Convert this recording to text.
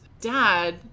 dad